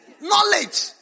knowledge